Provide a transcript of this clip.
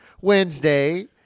Wednesday